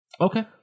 Okay